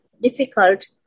difficult